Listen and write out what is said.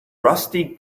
rusty